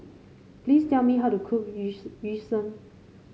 please tell me how to cook yu Yu Sheng